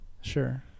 Sure